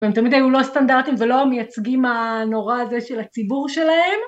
והם תמיד היו לא סטנדרטים ולא מייצגים ה... נורא הזה של הציבור שלהם.